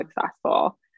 successful